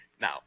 Now